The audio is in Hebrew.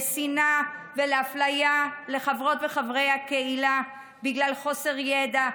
לשנאה ולאפליה של חברות וחברי הקהילה בגלל חוסר ידע,